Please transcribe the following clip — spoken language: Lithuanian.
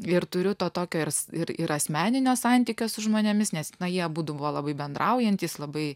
ir turiu to tokio ir ir ir asmeninio santykio su žmonėmis nes jie abudu buvo labai bendraujantys labai